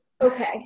Okay